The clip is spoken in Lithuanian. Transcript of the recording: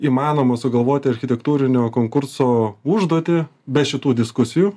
įmanoma sugalvoti architektūrinio konkurso užduotį be šitų diskusijų